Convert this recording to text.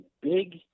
big